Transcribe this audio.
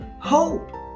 hope